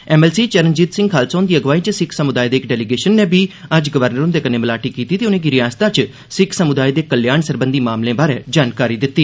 MLC Charanjit Singh Khalsa हुंदी अगुवाई च सिक्ख समुदाय दे इक डेलीगेशन नै बी अज्ज राजभवन जाइयै गवर्नर हुंदे कन्नै मलाटी कीती ते उनें'गी रिआसता च सिक्ख समुदाय दे कल्याण सरबंधी मामलें बारै जानकारी दित्ती